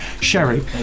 Sherry